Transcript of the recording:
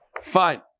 Fine